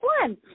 one